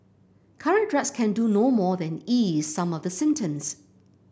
current drugs can do no more than ease some of the symptoms